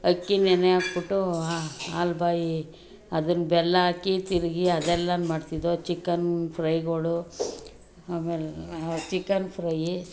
ಅಕ್ಕಿ ನೆನೆ ಹಾಕ್ಬಿಟ್ಟು ಹಾಲು ಬಾಯಿ ಅದನ್ನ ಬೆಲ್ಲ ಹಾಕಿ ತಿರುಗಿ ಅದೆಲ್ಲ ಮಾಡ್ತಿದ್ದೋ ಚಿಕನ್ ಫ್ರೈಗಳು ಆಮೇಲೆ ಚಿಕನ್ ಫ್ರೈಯಿ